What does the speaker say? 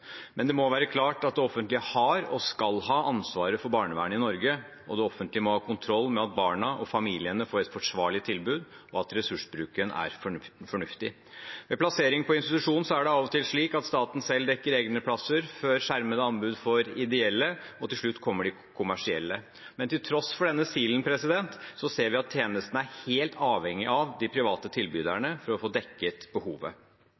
Men det må være klart at det offentlige har, og skal ha, ansvaret for barnevernet i Norge, og det offentlige må ha kontroll med at barna og familiene får et forsvarlig tilbud, og at ressursbruken er fornuftig. Ved plassering på institusjon er det av og til slik at staten selv dekker egne plasser før skjermede anbud for ideelle, og til slutt kommer de kommersielle. Men til tross for denne silen ser vi at tjenesten er helt avhengig av de private tilbyderne for å få dekket behovet.